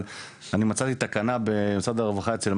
תודה לך על הדברים, אם את רוצה לענות לו בבקשה.